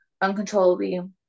uncontrollably